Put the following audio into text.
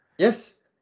Yes